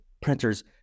printers